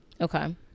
okay